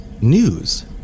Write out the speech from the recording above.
news